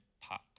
pop